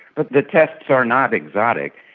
but the tests are not exotic.